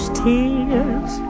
tears